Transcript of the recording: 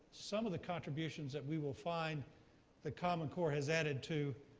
some of the contributions that we will find the common core has added to